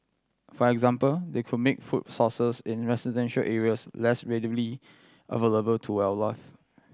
for example they could make food sources in residential areas less readily available to wildlife